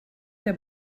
der